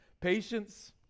Patience